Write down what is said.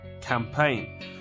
campaign